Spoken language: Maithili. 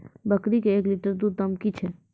बकरी के एक लिटर दूध दाम कि छ?